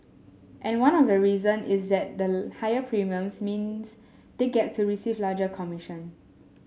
and one of the reason is that the higher premiums means they get to receive a larger commission